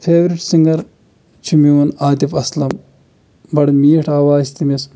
favourite singer چھُ میون عطف اَسلم بَڑٕ میٖٹھ آوا آسہِ تٔمِس